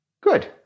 Good